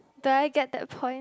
do I get that point